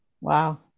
Wow